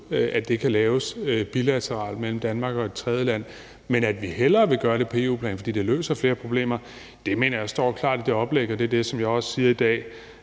at det kan laves bilateralt mellem Danmark og et tredjeland, men vi vil hellere gøre det på EU-plan, fordi det løser flere problemer. Det mener jeg står klart i det oplæg, og det er også det, som jeg siger i dag.